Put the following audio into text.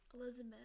Elizabeth